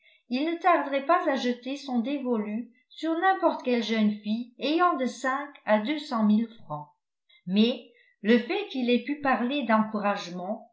il ne tarderait pas à jeter son dévolu sur n'importe quelle jeune fille ayant de cinq à deux cent mille francs mais le fait qu'il ait pu parler d'encouragement